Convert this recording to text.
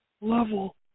level